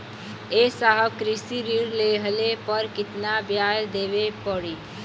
ए साहब कृषि ऋण लेहले पर कितना ब्याज देवे पणी?